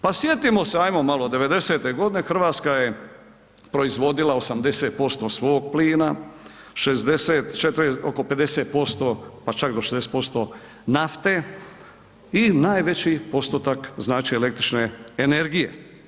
Pa sjetimo se, ajmo malo '90. godine Hrvatska je proizvodila 80% svog plina, 60, 40, oko 50% pa čak do 60% nafte i najveći postotak znači električne energije.